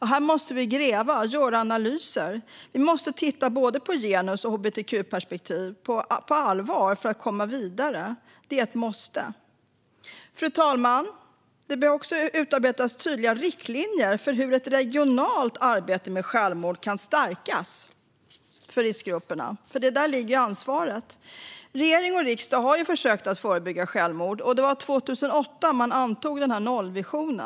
Här måste vi gräva och göra analyser och på allvar titta på både genus och hbtq-perspektiv för att komma vidare. Fru talman! Det behöver också utarbetas tydliga riktlinjer för hur ett regionalt arbete mot självmord kan stärkas för riskgrupperna, för här ligger ansvaret. Regering och riksdag har försökt att förebygga självmord, och 2008 antogs en nollvision.